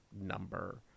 number